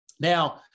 Now